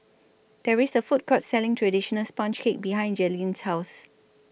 There IS A Food Court Selling Traditional Sponge Cake behind Jaylyn's House